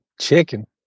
chicken